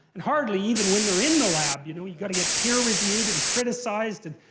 and hardly even when they're in the lab, you know? you've got to get peer reviewed and criticized and,